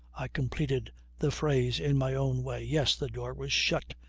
i completed the phrase in my own way. yes, the door was shut,